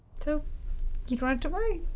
so you don't have to worry.